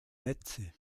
netze